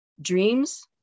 dreams